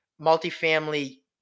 multifamily